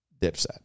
dipset